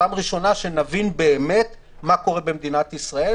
פעם ראשונה שנבין באמת מה קורה במדינת ישראל,